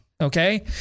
Okay